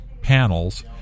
panels